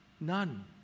None